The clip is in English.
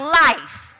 life